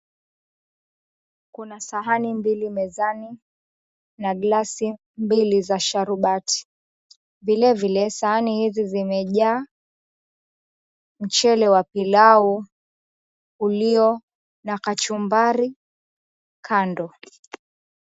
Kuna sahani mbili mezani na glasi mbili za sharubati. Vilevile sahani hizi zimejaa mchele wa pilau ulio na kachumbari kando.